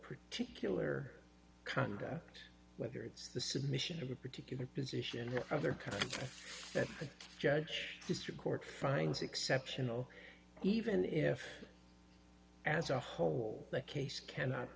particular conda whether it's the submission of a particular position or other kind of judge district court finds exceptional even if as a whole the case cannot